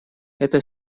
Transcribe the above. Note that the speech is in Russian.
это